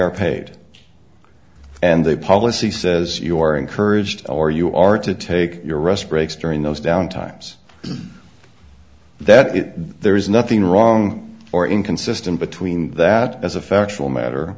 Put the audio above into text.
are paid and the policy says you are encouraged or you are to take your rest breaks during those down times that there is nothing wrong or inconsistent between that as a factual matter